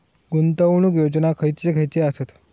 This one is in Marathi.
गुंतवणूक योजना खयचे खयचे आसत?